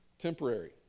temporary